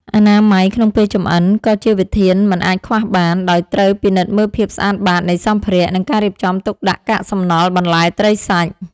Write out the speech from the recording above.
អនាម័យក្នុងពេលចម្អិន ក៏ជាវិធានមិនអាចខ្វះបាន ដោយត្រូវពិនិត្យមើលភាពស្អាតបាតនៃសម្ភារៈ និងការរៀបចំទុកដាក់កាកសំណល់បន្លែត្រីសាច់។